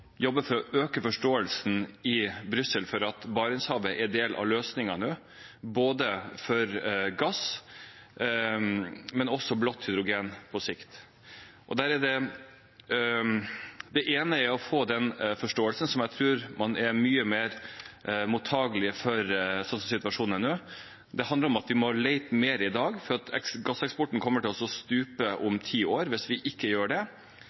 for å øke forståelsen i Brussel for at Barentshavet er del av løsningen nå både for gass, men også for blått hydrogen på sikt. Det ene er å få den forståelsen som jeg tror man er mye mer mottagelig for, slik situasjonen er nå. Det handler om at vi må lete mer i dag, for gasseksporten kommer til å stupe om ti år hvis vi ikke gjør det.